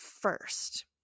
first